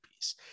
piece